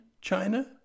China